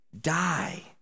die